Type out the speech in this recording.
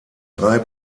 drei